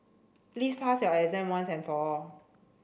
please pass your exam once and for all